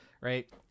right